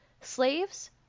slaves